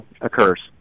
occurs